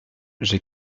j’ai